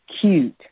cute